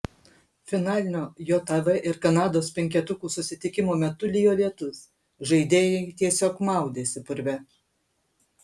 finalinio jav ir kanados penketukų susitikimo metu lijo lietus žaidėjai tiesiog maudėsi purve